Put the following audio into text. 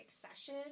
Succession